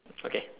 okay